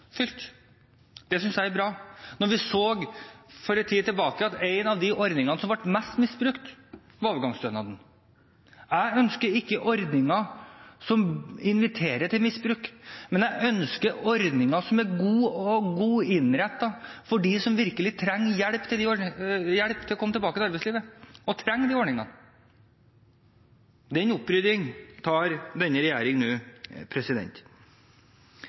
oppfylt. Det synes jeg er bra, når vi for en tid tilbake så at en av de ordningene som ble mest misbrukt, var overgangsstønaden. Jeg ønsker ikke ordninger som inviterer til misbruk, men jeg ønsker ordninger som er gode og godt innrettet for dem som virkelig trenger hjelp til å komme seg tilbake til arbeidslivet, og som trenger de ordningene. Den oppryddingen gjør denne regjeringen nå.